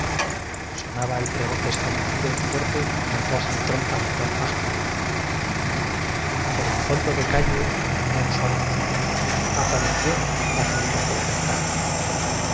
sonaba el pregón desfallecido y fuerte como una frase de trompa del gran wagner por el fondo de calle que tenía un suave declive apareció la figura que la cantaba